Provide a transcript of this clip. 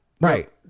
Right